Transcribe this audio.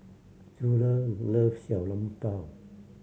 Judah loves Xiao Long Bao